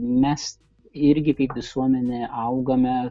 mes irgi kaip visuomenė augame